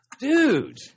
Dude